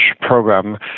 program